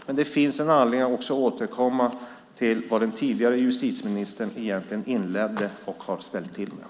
Men det finns anledning att också återkomma till vad den tidigare justitieministern egentligen inledde och har ställt till med.